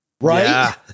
Right